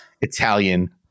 Italian